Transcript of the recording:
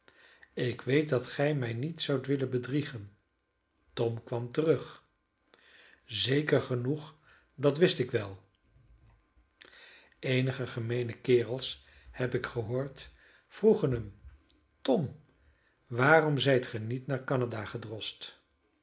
ik weet dat gij mij niet zoudt willen bedriegen tom kwam terug zeker genoeg dat wist ik wel eenige gemeene kerels heb ik gehoord vroegen hem tom waarom zijt ge niet naar canada gedrost